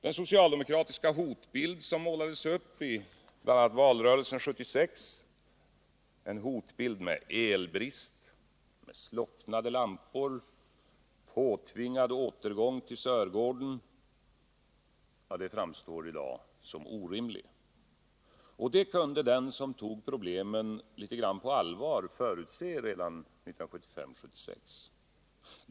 Den socialdemokratiska hotbild som målades upp i bl.a. valrörelsen 1976, en hotbild med elbrist, slocknande lampor och påtvingad övergång till Sörgården, framstår i dag som orimlig. Och det kunde den som tog problemen litet grand på allvar förutse redan 1975-1976.